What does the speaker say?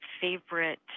favorite